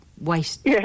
waste